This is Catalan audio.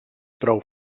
prou